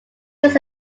this